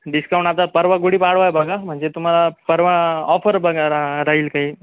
discount आता परवा गुढीपाडवा आहे बघा म्हणजे तुम्हाला परवा ऑफर बघा रा राहील काही